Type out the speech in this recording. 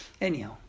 Anyhow